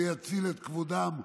זה יציל את כבודם.